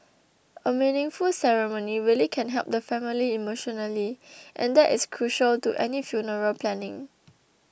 a meaningful ceremony really can help the family emotionally and that is crucial to any funeral planning